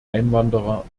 einwanderer